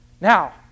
Now